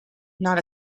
not